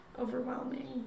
overwhelming